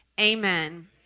Amen